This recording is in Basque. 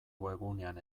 webgunean